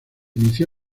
inició